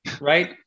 right